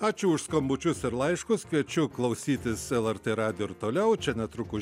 ačiū už skambučius ir laiškus kviečiu klausytis lrt radijo ir toliau čia netrukus